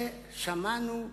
ושמענו,